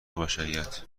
بشریت